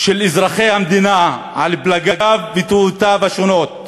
של אזרחי המדינה, על פלגיו ודעותיו השונות,